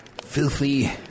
filthy